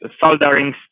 soldering